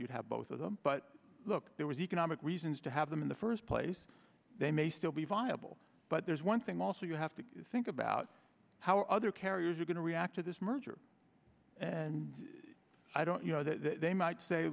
you have both of them but look there was economic reasons to have them in the first place they may still be viable but there's one thing also you have to think about how other carriers are going to react to this merger and i don't you know they might say